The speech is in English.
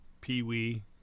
Pee-wee